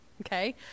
Okay